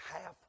half